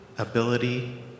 ability